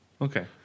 Okay